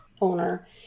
owner